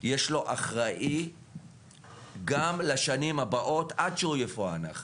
יש לו אחראי גם לשנים הבאות, עד שהוא יפוענח.